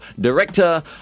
Director